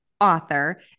author